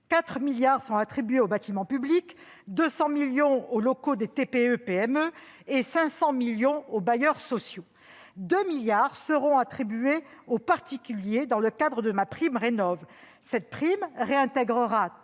4 milliards sont attribués aux bâtiments publics, 200 millions aux locaux des TPE-PME et 500 millions aux bailleurs sociaux. En outre, 2 milliards d'euros seront attribués aux particuliers dans le cadre de MaPrimeRénov'. Cette prime réintégrera